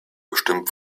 bestimmt